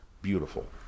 Beautiful